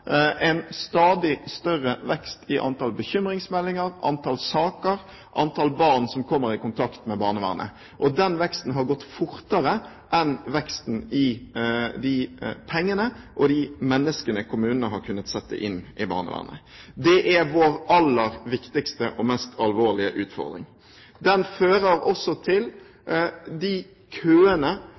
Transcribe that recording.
en stadig større vekst i antall bekymringsmeldinger, antall saker, antall barn som kommer i kontakt med barnevernet. Den veksten har gått fortere enn veksten i de pengene og de menneskene kommunene har kunnet sette inn i barnevernet. Det er vår aller viktigste og mest alvorlige utfordring. Det fører også til de køene